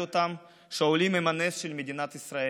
אותם שהעולים הם הנס של מדינת ישראל.